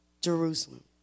Jerusalem